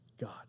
God